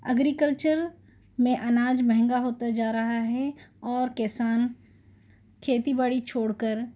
agriculture میں اناج مہنگا ہوتا جا رہا ہے اور کسان کھیتی باڑی چھوڑ کر